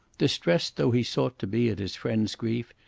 distressed though he sought to be at his friend's grief,